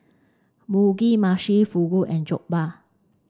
Mugi Meshi Fugu and Jokbal